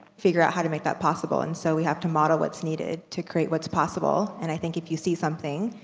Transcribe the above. figure out how to make that possible, and so we have to model what's needed to create what's possible. and i think if you see something,